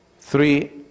three